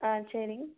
ஆ சரிங்